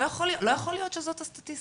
לא יכול להיות שזאת הסטטיסטיקה"